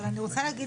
אבל אני רוצה להגיד